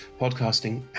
podcasting